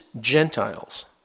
Gentiles